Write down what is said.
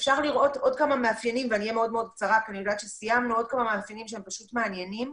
אפשר לראות עוד כמה מאפיינים שהם פשוט מעניינים.